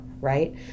right